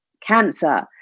cancer